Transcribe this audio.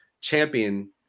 champion